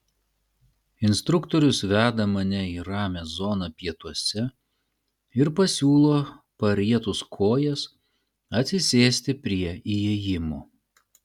instruktorius veda mane į ramią zoną pietuose ir pasiūlo parietus kojas atsisėsti prie įėjimo